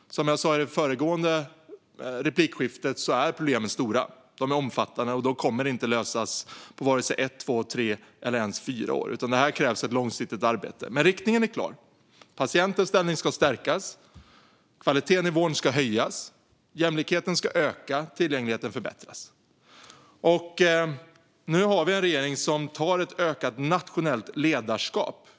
Som jag sa i det föregående replikskiftet är problemen stora och omfattande, och de kommer inte att lösas på vare sig ett, två, tre eller ens fyra år. Här krävs ett långsiktigt arbete. Riktningen är dock klar: Patientens ställning ska stärkas, kvaliteten i vården ska höjas, jämlikheten ska öka och tillgängligheten ska förbättras. Nu har vi en regering som tar ett ökat nationellt ledarskap.